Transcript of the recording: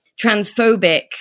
transphobic